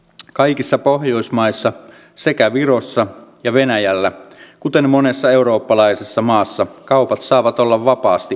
kaikissa pohjoismaissa sekä virossa ja venäjällä kuten monessa eurooppalaisessa maassa kaupat saavat olla vapaasti auki